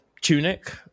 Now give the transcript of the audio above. Tunic